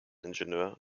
ingenieur